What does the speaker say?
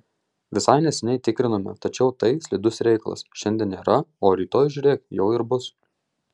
visai neseniai tikrinome tačiau tai slidus reikalas šiandien nėra o rytoj žiūrėk jau ir bus